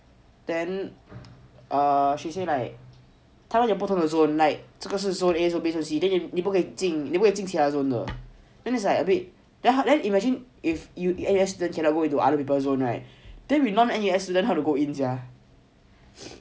then err she say like 有不同的 zone like 这个 zone A zone B 这 zone C 你不可以进其 zone 的 it's like a bit then how then imagine if you yesterday cannot go into other people's zone right then we non N_U_S students how to go in sia